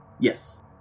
yes